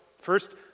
first